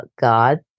god